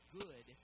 good